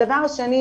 הדבר השני,